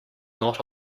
not